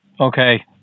Okay